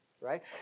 right